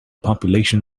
population